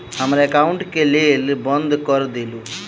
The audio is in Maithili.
हमरा एकाउंट केँ केल बंद कऽ देलु?